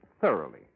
thoroughly